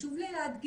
חשוב לי להדגיש